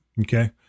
Okay